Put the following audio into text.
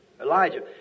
Elijah